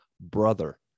brother